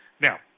Now